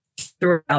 throughout